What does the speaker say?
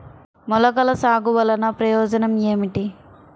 మొలకల సాగు వలన ప్రయోజనం ఏమిటీ?